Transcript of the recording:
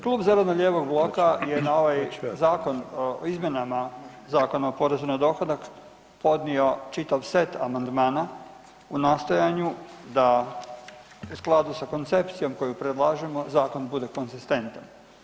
Klub zeleno-lijevog bloka je na ovaj Zakon o izmjenama Zakona o porezu na dohodak podnio čitav set amandmana u nastojanju da u skladu sa koncepcijom koju predlažemo zakon bude konzistentan.